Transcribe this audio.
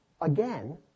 Again